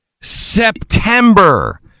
September